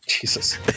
Jesus